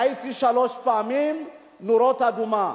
ראיתי שלוש פעמים נורות אדומות.